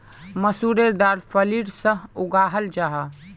मसूरेर दाल फलीर सा उगाहल जाहा